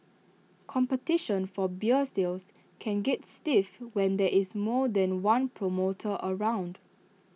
competition for beer sales can get stiff when there is more than one promoter around